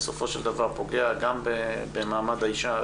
בסופו של דבר פוגע גם במעמד האישה,